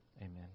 Amen